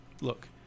Look